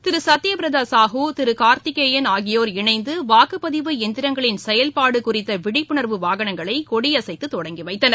திருசத்யபிரதசாஹூ திருகார்த்திகேயன் ஆகியோர் இணைந்துவாக்குப்பதிவு இயந்திரங்களின் செயல்பாடுகுறித்தவிழிப்புணர்வு வாகனங்களைகொடியசைத்துதொடங்கிவைத்தனர்